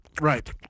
Right